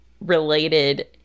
related